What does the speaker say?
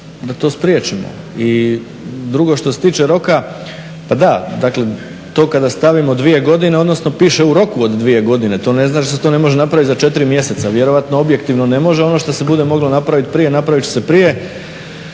da to spriječimo. I drugo, što se tiče roka, pa da, dakle to kada stavimo dvije godine odnosno piše u roku od dvije godine, to ne znači da se to može napraviti za 4 mjeseca, vjerojatno objektivno ne može, a ono što se bude moglo napraviti prije napravit će se prije.